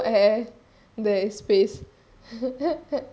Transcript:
there's no air there is space